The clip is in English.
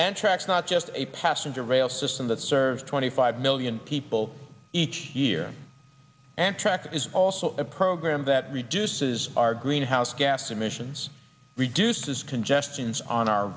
tracks not just a passenger rail system that serves twenty five million people each year and track is also a program that reduces our greenhouse gas emissions reduces congestions on our